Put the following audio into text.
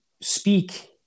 speak